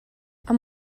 amb